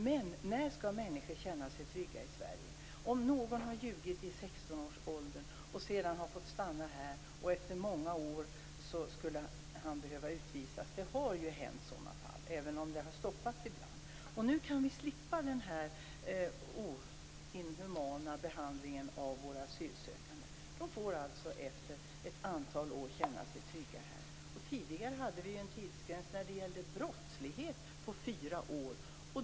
Men när skall människor känna sig trygga i Sverige? Det har hänt att någon som har ljugit i 16 års ålder och sedan har fått stanna efter många år skulle utvisas. Det har varit sådana fall även om de ibland kunnat stoppas. Nu kan vi slippa den inhumana behandlingen av våra asylsökande. De får efter ett antal år känna sig trygga här. Tidigare hade vi en tidsgräns när det gällde brottslighet på fyra år.